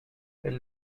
elle